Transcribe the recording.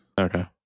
Okay